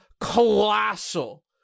colossal